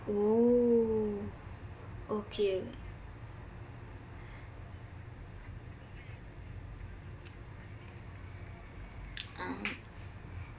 oh okay